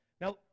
Now